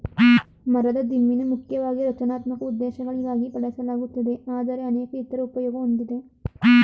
ಮರದ ದಿಮ್ಮಿನ ಮುಖ್ಯವಾಗಿ ರಚನಾತ್ಮಕ ಉದ್ದೇಶಗಳಿಗಾಗಿ ಬಳಸಲಾಗುತ್ತದೆ ಆದರೆ ಅನೇಕ ಇತರ ಉಪಯೋಗ ಹೊಂದಿದೆ